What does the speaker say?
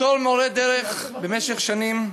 בתור מורה דרך במשך שנים,